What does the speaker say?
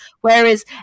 whereas